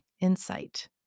Insight